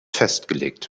festgelegt